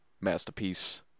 Masterpiece